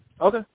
okay